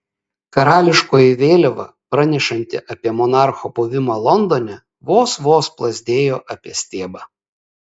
karališkoji vėliava pranešanti apie monarcho buvimą londone vos vos plazdėjo apie stiebą